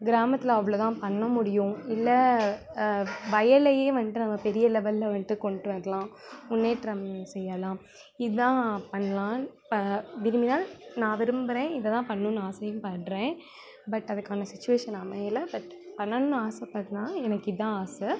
கிராமத்தில் அவ்வளோதான் பண்ண முடியும் இல்லை வயலியே வந்துட்டு நம்ம பெரிய லெவலில் வந்துட்டு கொண்டு வரலாம் முன்னேற்றம் செய்யலாம் இதுதான் பண்ணலாம் ப விரும்பினால் நான் விரும்புகிறேன் இதை தான் பண்ணும்னு ஆசையும் படுறேன் பட் அதுக்கான சுச்சுவேஷன் அமையலை பட் பண்ணணும்னு ஆசை படலாம் எனக்கு இதுதான் ஆசை